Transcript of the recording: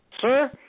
Sir